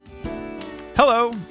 Hello